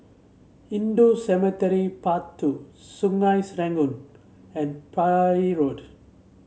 Hindu Cemetery Path Two Sungei Serangoon and Parry Road